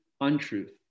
untruth